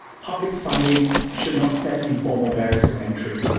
public funding should not set informal barriers to entry.